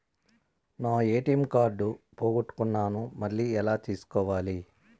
నా ATM card పోగొట్టుకున్నాను, మళ్ళీ ఎలా తీసుకోవాలి?